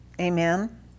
Amen